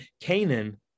Canaan